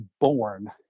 born